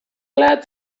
glad